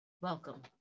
Welcome